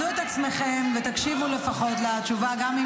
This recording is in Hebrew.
אני